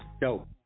dope